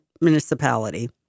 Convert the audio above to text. municipality